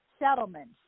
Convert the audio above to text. Settlement